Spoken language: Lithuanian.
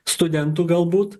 studentų galbūt